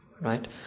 Right